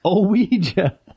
Ouija